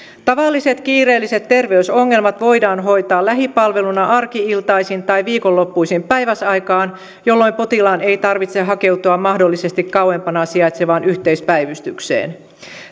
tavalliset kiireelliset terveysongelmat voidaan hoitaa lähipalveluna arki iltaisin tai viikonloppuisin päiväsaikaan jolloin potilaan ei tarvitse hakeutua mahdollisesti kauempana sijaitsevaan yhteispäivystykseen